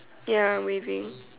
ya I'm waving